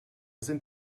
sind